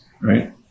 right